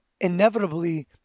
inevitably